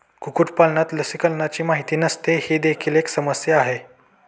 कुक्कुटपालनात लसीकरणाची माहिती नसणे ही देखील एक समस्या आहे